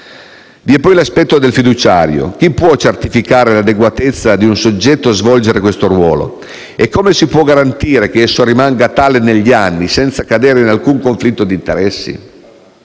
Vi è poi l'aspetto del fiduciario: chi può certificare l'adeguatezza di un soggetto a svolgere questo ruolo? E come si può garantire che esso rimanga tale negli anni, senza cadere in alcun conflitto d'interessi?